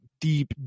deep